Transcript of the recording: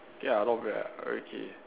ya not bad ah okay